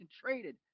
traded